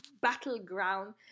battleground